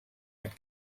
mit